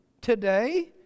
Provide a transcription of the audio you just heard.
today